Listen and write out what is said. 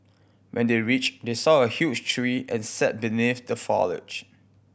when they reached they saw a huge tree and sat beneath the foliage